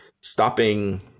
stopping